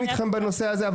בנושא הזה,